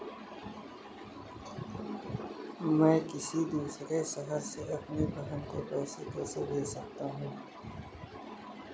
मैं किसी दूसरे शहर से अपनी बहन को पैसे कैसे भेज सकता हूँ?